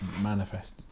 Manifest